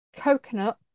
Coconut